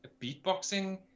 beatboxing